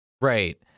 Right